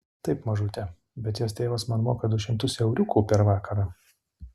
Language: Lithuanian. taip mažute bet jos tėvas man moka du šimtus euriukų per vakarą